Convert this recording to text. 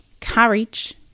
Courage